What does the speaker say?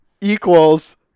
equals